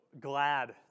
glad